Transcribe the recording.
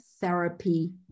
therapy